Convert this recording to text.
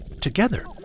Together